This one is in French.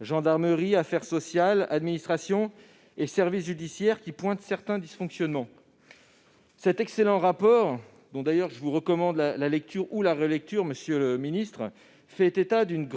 des affaires sociales, de l'administration et des services judiciaires -qui pointe certains dysfonctionnements. Cet excellent rapport, dont je vous recommande la lecture ou la relecture, monsieur le ministre, fait état d'une